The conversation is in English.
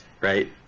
right